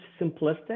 simplistic